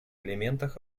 элементах